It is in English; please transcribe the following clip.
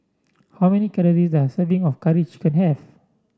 how many calories does a serving of Curry Chicken have